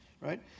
right